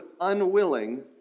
unwilling